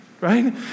right